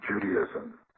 Judaism